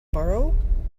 borrow